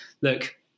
look